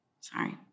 Sorry